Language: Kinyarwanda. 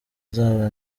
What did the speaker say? nzaba